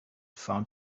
found